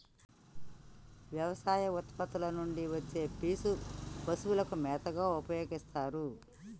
వ్యవసాయ ఉత్పత్తుల నుండి వచ్చే పీచు పశువుల మేతగా ఉపయోస్తారు